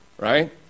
Right